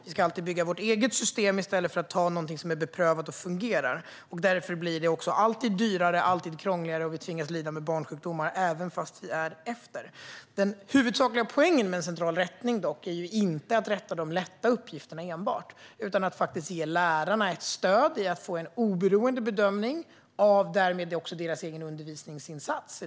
Vi ska alltid bygga vårt eget system i stället för att ta något som är beprövat och fungerar. Därför blir det alltid dyrare och krångligare, och vi tvingas leva med barnsjukdomar trots att vi är efter. Den huvudsakliga poängen med central rättning är inte enbart att rätta de lätta uppgifterna utan att ge lärarna ett stöd i att få en oberoende bedömning, även av deras egen undervisningsinsats.